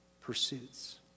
pursuits